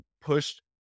pushed